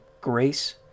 grace